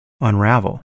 unravel